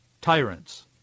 tyrants